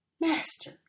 Master